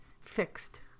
fixed